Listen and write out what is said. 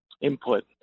input